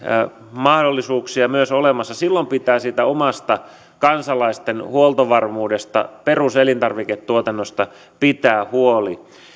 mahdollisuuksia olemassa silloin pitää siitä omasta kansalaisten huoltovarmuudesta peruselintarviketuotannosta pitää huoli